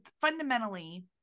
fundamentally